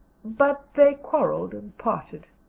but they quarreled and parted.